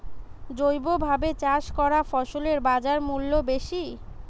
জৈবভাবে চাষ করা ফসলের বাজারমূল্য বেশি